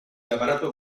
aparato